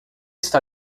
está